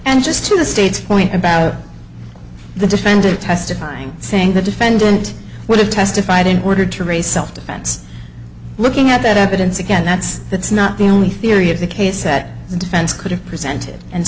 and just to the state's point about the defendant testifying saying the defendant would have testified in order to raise self defense looking at that evidence again that's that's not the only theory of the case that the defense could have presented and